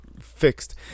fixed